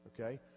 okay